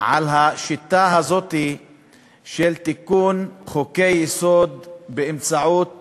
על השיטה הזו של תיקון חוקי-יסוד באמצעות